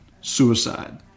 suicide